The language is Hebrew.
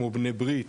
כמו 'בני ברית,